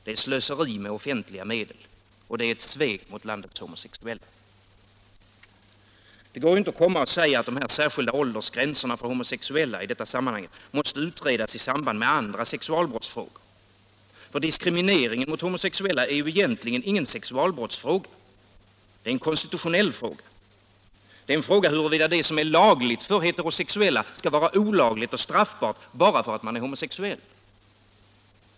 Det är slöseri med offentliga medel och det är ett grovt svek mot landets homosexuella. Det kan inte göras gällande att de särskilda åldersgränserna för homosexuella måste utredas i samband med andra sexualbrottsfrågor. Diskrimineringen av de homosexuella är ju egentligen ingen sexualbrottsfråga. Det är en konstitutionell fråga. Det är en fråga huruvida det som är lagligt för heterosexuella skall vara olagligt och straffbart bara för att man är homosexuell.